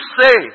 say